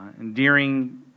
endearing